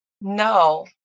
no